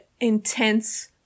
intense